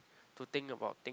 to think about thing